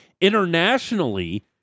Internationally